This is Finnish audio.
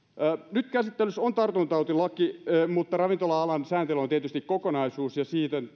nyt käsittelyssä on tartuntatautilaki mutta ravintola alan sääntely on tietysti kokonaisuus ja siihen